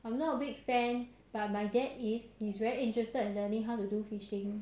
I'm not a big fan but my dad is he's very interested in learning how to do fishing